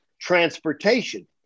transportation